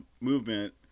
movement